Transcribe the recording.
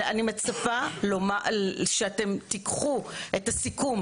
אני מצפה שאתם תיקחו את הסיכום,